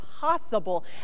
possible